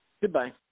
Goodbye